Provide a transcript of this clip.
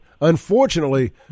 unfortunately